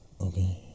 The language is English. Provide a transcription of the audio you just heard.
Okay